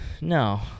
no